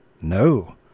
No